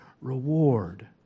reward